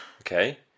Okay